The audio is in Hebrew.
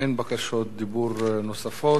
אין בקשות דיבור נוספות.